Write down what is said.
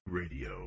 radio